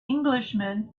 englishman